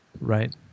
Right